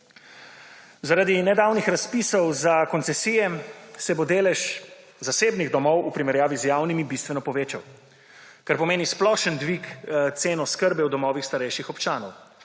Zaradi nedavnih razpisov za koncesije se bo delež zasebnih domov v primerjavi z javnimi bistveno povečal, kar pomeni splošne dvig cen oskrbe v domovih starejših občanov.